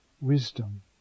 Wisdom